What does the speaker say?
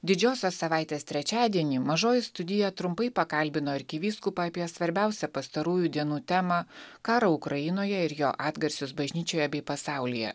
didžiosios savaitės trečiadienį mažoji studija trumpai pakalbino arkivyskupą apie svarbiausią pastarųjų dienų temą karą ukrainoje ir jo atgarsius bažnyčioje bei pasaulyje